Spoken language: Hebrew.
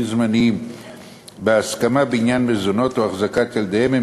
זמניים בהסכמה בעניין מזונות או החזקת ילדיהם,